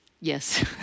Yes